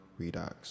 Redox